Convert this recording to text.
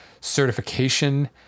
certification